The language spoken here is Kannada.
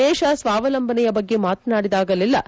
ದೇಶ ಸ್ವಾವಲಂಬನೆಯ ಬಗ್ಗೆ ಮಾತನಾಡಿದಾಗಲೆಲ್ಲಾ